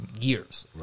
years